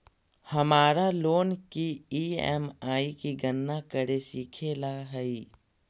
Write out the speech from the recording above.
हमारा लोन की ई.एम.आई की गणना करे सीखे ला हई